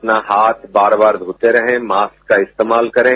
अपना हाथ बार बार धोते रहें मास्क का इसतेमाल करे